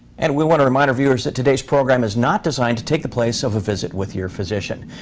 and we want to remind our viewers that today's program is not designed to take the place of visit with your physician.